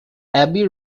abbey